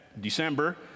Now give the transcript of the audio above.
December